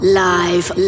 live